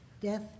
death